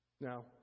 Now